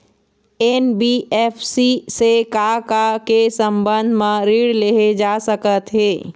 NBFC से का का के संबंध म ऋण लेहे जा सकत हे?